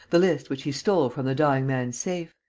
the list which he stole from the dying man's safe.